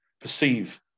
perceive